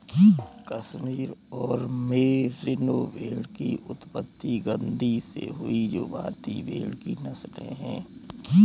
कश्मीर और मेरिनो भेड़ की उत्पत्ति गद्दी से हुई जो भारतीय भेड़ की नस्लें है